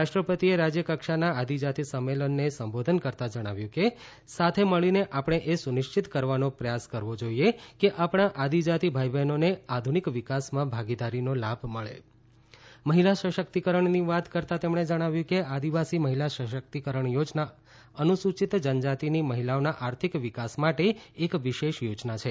રાષ્ટ્રપતિએ રાજ્ય કક્ષાના આદિજાતિ સંમેલનને સંબોધન કરતાં જણાવ્યું કે સાથે મળીને આપણે એ સુનિશ્ચિત કરવાનો પ્રયાસ કરવો જોઈએ કે આપણા આદિજાતિ ભાઇ બહેનોને આધુનિક વિકાસમાં ભાગીદારીનો લાભ મળે મહિલા સશ્કિતકરણની વાત કરતાં તેમણે જણાવ્યું કે આદિવાસી મહિલા સશક્તિકરણ યોજના અનુસૂચિત જનજાતિની મહિલાઓના આર્થિક વિકાસ માટે એક વિશેષ યોજના છે